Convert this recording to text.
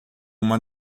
uma